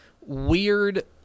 weird